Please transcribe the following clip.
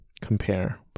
compare